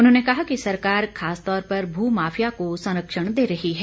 उन्होंने कहा कि सरकार खासतौर पर भू माफिया को संरक्षण दे रही है